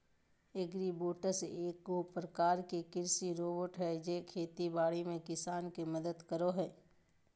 agribots एगो प्रकार के कृषि रोबोट हय जे खेती बाड़ी में किसान के मदद करो हय